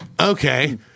Okay